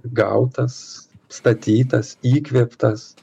gautas statytas įkvėptas